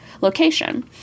location